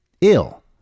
ill